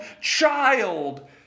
child